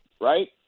right